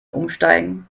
umsteigen